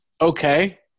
Okay